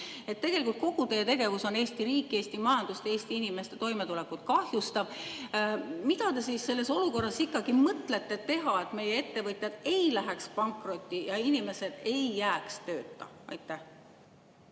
Tegelikult on kogu teie tegevus Eesti riiki, Eesti majandust ja Eesti inimeste toimetulekut kahjustav. Mida te selles olukorras mõtlete teha, et meie ettevõtjad ei läheks pankrotti ja inimesed ei jääks tööta? Aitäh!